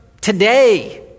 today